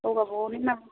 गाव गावबागावनि नाम